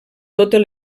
totes